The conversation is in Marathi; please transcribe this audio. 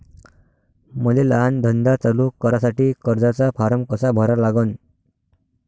मले लहान धंदा चालू करासाठी कर्जाचा फारम कसा भरा लागन?